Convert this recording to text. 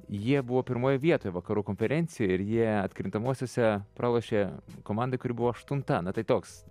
jie buvo pirmoj vietoj vakarų konferencijoj ir jie atkrintamosiose pralošė komandai kuri buvo aštunta na tai toks